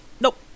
Nope